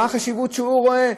מה החשיבות שהוא רואה בהם.